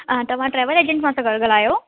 तव्हां travel agent मां था ॻा ॻाल्हायो